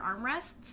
armrests